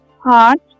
heart